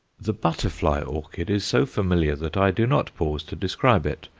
the butterfly orchid is so familiar that i do not pause to describe it.